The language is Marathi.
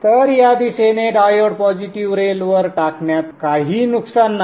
तर या दिशेने डायोड पॉझिटिव्ह रेल वर टाकण्यात काही नुकसान नाही